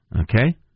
okay